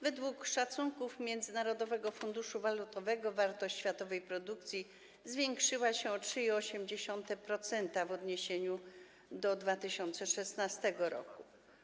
Według szacunków Międzynarodowego Funduszu Walutowego wartość światowej produkcji zwiększyła się o 3,8% w odniesieniu do 2016 r.